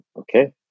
okay